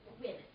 Women